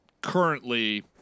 currently